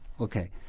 okay